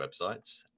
websites